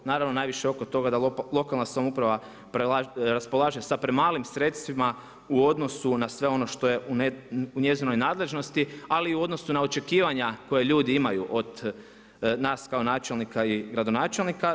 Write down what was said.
Naravno, najviše oko toga da lokalna samouprava raspolaže sa premalim sredstvima u odnosu na sve ono što je u njezinoj nadležnosti ali i u odnosu na očekivanja koja ljudi imaju od nas kao načelnika i gradonačelnika.